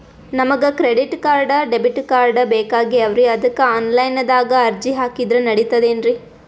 ನಮಗ credit card, debit card ಬೇಕಾಗ್ಯಾವ್ರೀ ಅದಕ್ಕ ಆನಲೈನದಾಗ ಅರ್ಜಿ ಹಾಕಿದ್ರ ನಡಿತದೇನ್ರಿ?